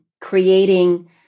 creating